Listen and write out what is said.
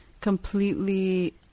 completely